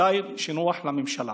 מתי שנוח לממשלה.